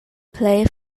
plej